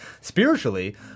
spiritually